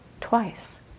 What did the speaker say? twice